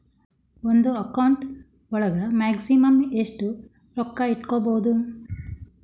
ಒಂದು ಅಕೌಂಟ್ ಒಳಗ ಮ್ಯಾಕ್ಸಿಮಮ್ ಎಷ್ಟು ರೊಕ್ಕ ಇಟ್ಕೋಬಹುದು?